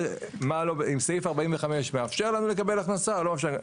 אם סעיף 45 מאפשר לנו לקבל הכנסה או לא מאפשר לנו.